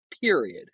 period